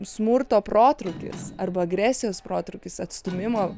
smurto protrūkis arba agresijos protrūkis atstūmimo